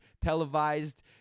televised